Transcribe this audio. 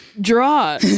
draw